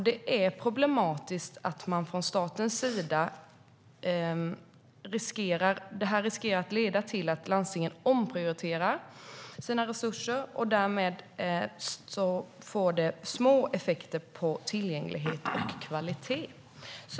Det är problematiskt att denna åtgärd från statens riskerar att leda till att landstingen omprioriterar sina resurser. Därmed får det små effekter på tillgänglighet och kvalitet.